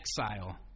exile